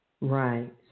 Right